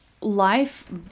life